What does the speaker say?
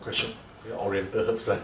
quite shiok very oriental herbs